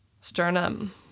sternum